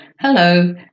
Hello